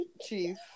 chief